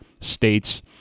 states